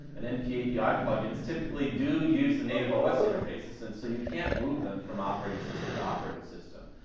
and npapi plugins typically do use the native os interfaces, and so you can't move them from operating system to operating system.